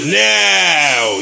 now